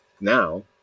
now